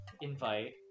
invite